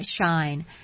shine